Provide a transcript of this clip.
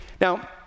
Now